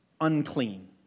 unclean